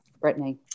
Brittany